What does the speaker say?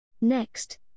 Next